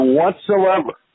whatsoever